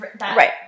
right